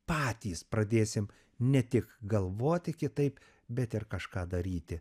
patys pradėsim ne tik galvoti kitaip bet ir kažką daryti